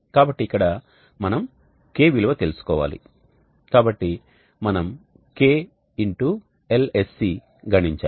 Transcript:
కాబట్టి ఇక్కడ మనం k విలువ తెలుసుకోవాలి కాబట్టి మనం k Lsc గణించాలి